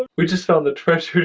we just found the treasure